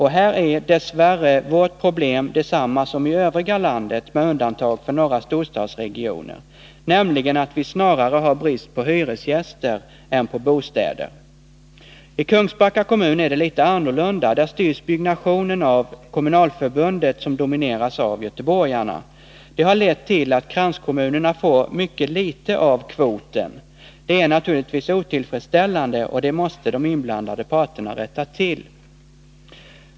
Här är dess värre vårt problem detsamma som i övriga landet med undantag för några storstadsregioner, nämligen att vi snarare har brist på hyresgäster än på bostäder. I Kungsbacka kommun är det litet annorlunda. Där styrs byggnationen av kommunalförbundet, som domineras av göteborgarna. Det harlett till att kranskommunerna får en mycket liten kvot. Det är naturligtvis otillfredsställande, och det måste de inblandade parterna rätta till.